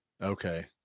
Okay